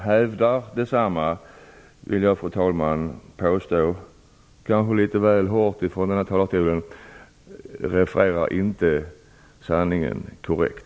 Jag vill, fru talman, säga att den som hävdar något annat inte återger sanningen korrekt.